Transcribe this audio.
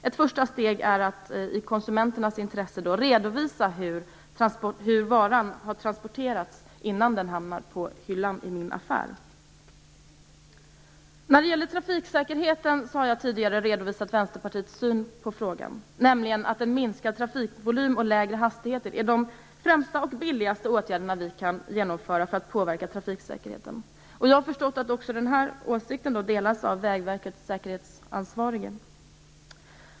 Ett första steg är att i konsumenternas intresse redovisa hur varan har transporterats innan den hamnat på hyllan i affären. Jag har tidigare redovisat Vänsterpartiets syn på trafiksäkerheten - nämligen att en minskad trafikvolym och lägre hastigheter är de främsta och billigaste åtgärder vi kan genomföra för att påverka trafiksäkerheten. Jag har förstått att denna åsikt också delas av Vägverkets säkerhetsansvarige.